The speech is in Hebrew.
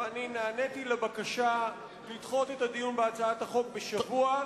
ואני נעניתי לבקשה לדחות את הדיון בהצעת החוק בשבוע,